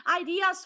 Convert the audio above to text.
ideas